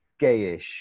gayish